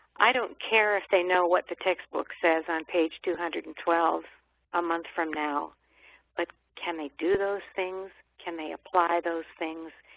i don't care if they know what the textbook says on page two hundred and twelve a month from now but can they do those things, can they apply those things,